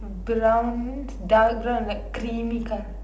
brown dark brown like creamy colour